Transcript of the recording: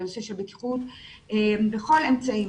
לנושא של בטיחות בכל אמצעים,